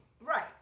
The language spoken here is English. right